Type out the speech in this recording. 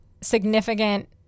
significant